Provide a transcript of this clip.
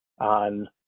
on